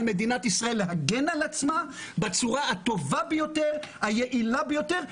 על מדינת ישראל להגן על עצמה בצורה הטובה ביותר והיעילה ביותר.